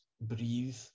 breathe